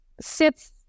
sits